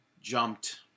jumped